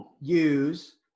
use